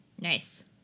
Nice